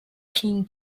king